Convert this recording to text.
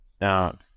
Now